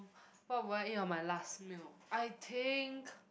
what would I eat on my last meal I think